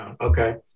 Okay